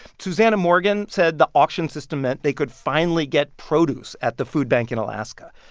susannah morgan said the auction system meant they could finally get produce at the food bank in alaska.